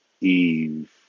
Eve